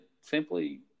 simply